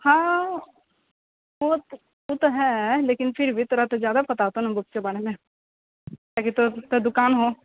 हँ हँ ओ तऽ ओ तऽ है लेकिन फिर भी तोरा तऽ जादा पता होतौ ने बुक के बारे शमे कियाकि तोर तऽ दुकान हो